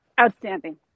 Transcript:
Outstanding